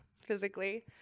physically